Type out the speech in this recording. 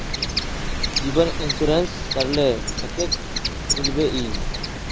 जीवन इंश्योरेंस करले कतेक मिलबे ई?